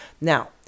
Now